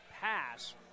pass